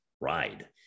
ride